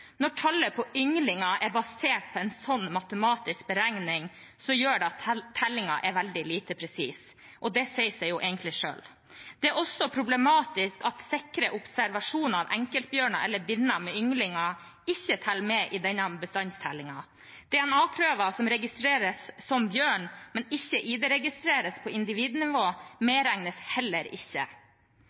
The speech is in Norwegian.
Når tallet på ynglinger er basert på en sånn matematisk beregning, gjør det at tellingen er veldig lite presis, og det sier seg egentlig selv. Det er også problematisk at sikre observasjoner av enkeltbjørner eller binner med ynglinger ikke teller med i denne bestandstellingen. DNA-prøver som registreres som bjørn, men ikke ID-registreres på individnivå, medregnes heller ikke.